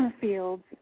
Fields